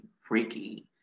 freaky